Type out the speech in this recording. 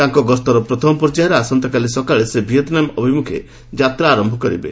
ତାଙ୍କ ଗସ୍ତର ପ୍ରଥମ ପର୍ଯ୍ୟାୟରେ ଆସନ୍ତାକାଲି ସକାଳେ ସେ ଭିଏତ୍ନାମ ଅଭିମୁଖେ ଯାତ୍ରା ଆରମ୍ଭ କରିବେ